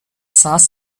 saß